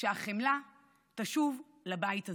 שהחמלה תשוב לבית הזה.